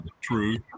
true